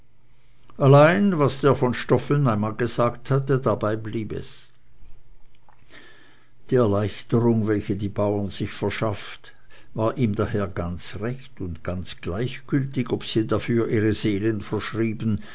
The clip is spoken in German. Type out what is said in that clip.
allein was der von stoffeln einmal gesagt hatte dabei blieb es die erleichterung welche die bauren sich verschafft war ihm daher ganz recht und ganz gleichgültig ob sie dafür ihre seelen verschrieben